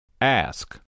Ask